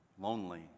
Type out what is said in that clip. lonely